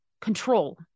control